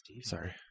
Sorry